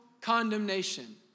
condemnation